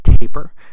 taper